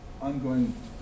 ongoing